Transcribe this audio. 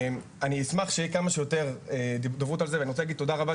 אני רוצה להגיד תודה רבה,